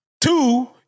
Two